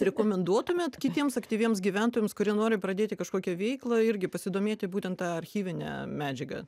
rekomenduotumėt kitiems aktyviems gyventojams kurie nori pradėti kažkokią veiklą irgi pasidomėti būtent tą archyvinę medžiagą